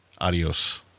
adios